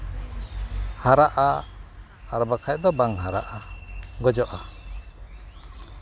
ᱦᱟᱨᱟᱜᱼᱟ ᱟᱨ ᱵᱟᱝᱠᱷᱟᱱ ᱫᱚ ᱵᱟᱝ ᱦᱟᱨᱟᱜᱼᱟ ᱜᱚᱡᱚᱜᱼᱟ